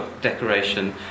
decoration